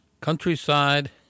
Countryside